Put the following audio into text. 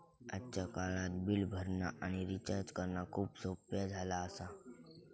आजच्या काळात बिल भरणा आणि रिचार्ज करणा खूप सोप्प्या झाला आसा